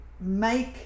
make